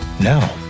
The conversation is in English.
now